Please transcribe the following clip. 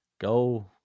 go